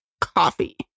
coffee